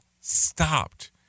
stopped